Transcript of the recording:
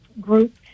group